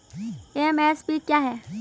MSP क्या है?